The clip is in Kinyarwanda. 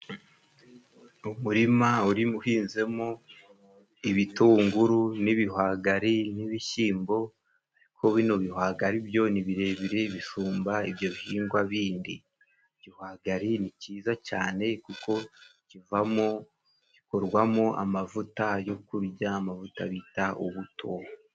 Umurima uri uhinzemo ibitunguru n'ibihwagari n'ibishyimbo ariko bino bihwagari byo ni birebire bisumba ibyo bihingwa bindi. Igihwagari ni cyiza cyane kuko kivamo gikorwamo amavuta yo kurya amavuta bita ubuto.